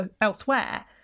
elsewhere